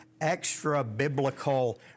extra-biblical